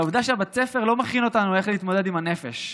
על העובדה שבית הספר לא מכין אותנו איך להתמודד עם הנפש.